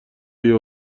یهو